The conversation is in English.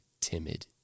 timid